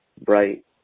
bright